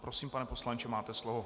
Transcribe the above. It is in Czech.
Prosím, pane poslanče, máte slovo.